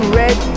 red